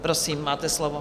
Prosím, máte slovo.